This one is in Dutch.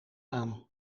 aan